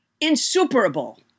Insuperable